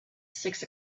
six